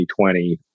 2020